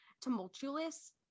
tumultuous